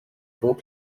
bob